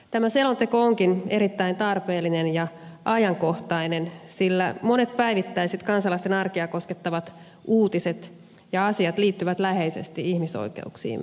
tämä selonteko onkin erittäin tarpeellinen ja ajankohtainen sillä monet päivittäiset kansalaisten arkea koskettavat uutiset ja asiat liittyvät läheisesti ihmisoikeuksiimme